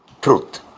truth